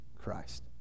Christ